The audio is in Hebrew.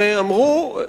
ואמרו: